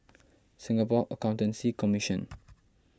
Singapore Accountancy Commission